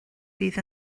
bydd